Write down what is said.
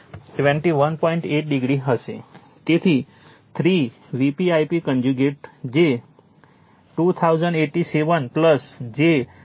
તેથી તે 3 Vp Ip conjugate જે 2087 j 834